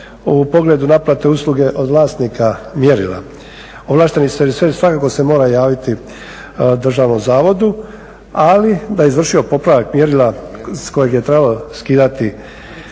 u pogledu naplate usluge od vlasnika mjerila. Ovlašteni serviser svakako se mora javiti državnom zavodu ali da je izvršio popravak mjerila sa kojeg je trebalo skidati